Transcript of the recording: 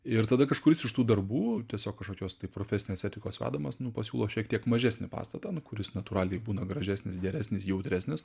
ir tada kažkuris iš tų darbų tiesiog kažkokios tai profesinės etikos vedamas nu pasiūlos šiek tiek mažesnį pastatą nu kuris natūraliai būna gražesnis geresnis jautresnis